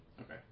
Okay